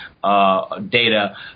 Data